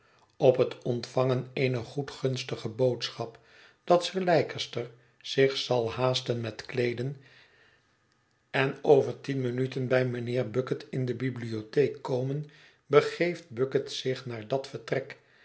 op het ontvangen eener goedgunstige boodschap dat sir leicester zich zal haasten met kleeden en over tien minuten bij mijnheer bucket in de bibliotheek komen begeeft bucket zich naar dat vertrek